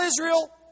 Israel